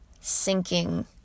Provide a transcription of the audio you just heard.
sinking